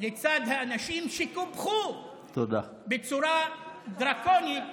לצד האנשים שקופחו בצורה דרקונית